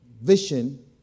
vision